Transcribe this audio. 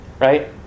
Right